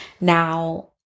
Now